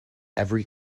every